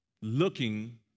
Looking